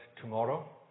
tomorrow